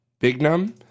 Bignum